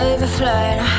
Overflowing